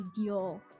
ideal